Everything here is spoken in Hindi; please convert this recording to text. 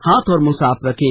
हाथ और मुंह साफ रखें